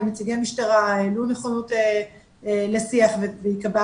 נציגי משטרה הראו נכונות לשיח ונקבע